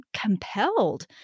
compelled